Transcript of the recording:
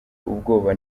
ubwoba